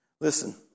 Listen